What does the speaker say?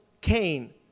Cain